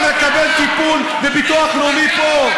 אתה מקבל טיפול בביטוח לאומי פה.